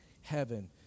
heaven